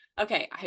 Okay